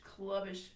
clubbish